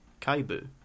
Kaibu